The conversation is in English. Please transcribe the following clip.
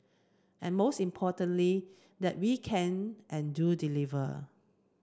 and most importantly that we can and do deliver